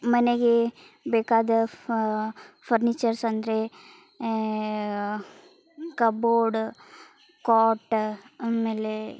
ಮನೆಗೆ ಬೇಕಾದ ಫರ್ನಿಚರ್ಸ್ ಅಂದರೆ ಕಬೋರ್ಡ್ ಕ್ವಾಟ ಆಮೇಲೆ